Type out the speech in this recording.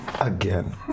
again